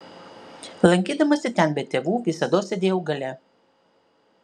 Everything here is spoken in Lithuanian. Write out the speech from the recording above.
lankydamasi ten be tėvų visados sėdėjau gale